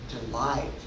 delight